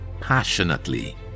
passionately